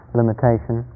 limitation